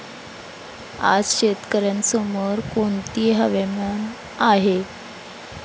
आज शेतकऱ्यांसमोर कोणती आव्हाने आहेत?